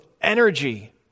energy